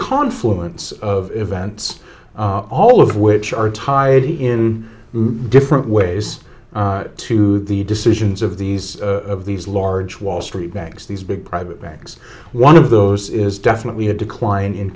confluence of events all of which are tidy in different ways to the decisions of these of these large wall street banks these big private banks one of those is definitely a decline in